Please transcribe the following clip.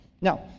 Now